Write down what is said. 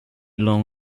long